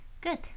Good